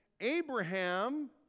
Abraham